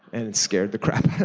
and it scared the crap